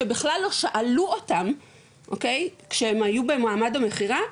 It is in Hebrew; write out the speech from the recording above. שבכלל לא שאלו אותם כשהם היו במעמד המכירה,